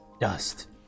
Dust